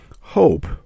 Hope